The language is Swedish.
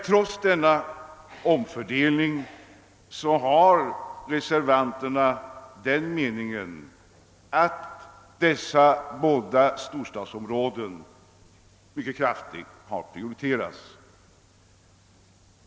Trots denna omfördelning har reservanterna den meningen, att dessa båda storstadsområden mycket kraftigt har prioriterats.